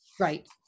Right